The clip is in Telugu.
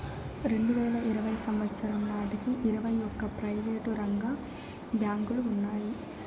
రెండువేల ఇరవై సంవచ్చరం నాటికి ఇరవై ఒక్క ప్రైవేటు రంగ బ్యాంకులు ఉన్నాయి